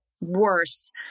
worse